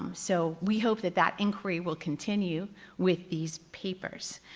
um so we hope that that inquiry will continue with these papers.